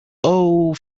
old